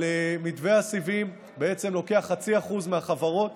אבל מתווה הסיבים בעצם לוקח 0.5%, מהחברות